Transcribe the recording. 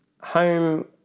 home